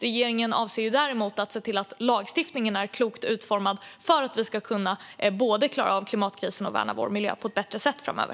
Regeringen avser däremot att se till att lagstiftningen är klokt utformad för att vi ska kunna både klara av klimatkrisen och värna vår miljö på ett bättre sätt framöver.